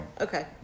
okay